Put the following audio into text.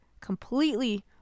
completely